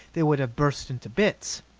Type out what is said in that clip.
they would have burst into bits.